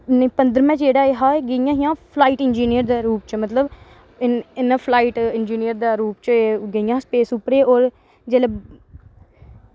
पंदरमें च जेह्ड़ा एह् हा गेइयां हियां फ्लाईट इंजीनियर दे रूप च मतलब इ'यां फ्लाइट इंजीनियर दे रूप च एह् गेइयां हियां एह् स्पेस उप्पर होर जेल्लै